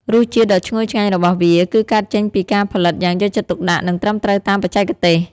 រសជាតិដ៏ឈ្ងុយឆ្ងាញ់របស់វា គឺកើតចេញពីការផលិតយ៉ាងយកចិត្តទុកដាក់ និងត្រឹមត្រូវតាមបច្ចេកទេស។